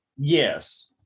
Yes